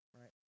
right